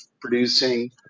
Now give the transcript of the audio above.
producing